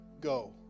go